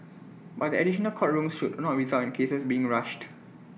but the additional court rooms should not result in cases being rushed